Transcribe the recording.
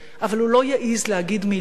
אבל הוא לא יעז להגיד מלה,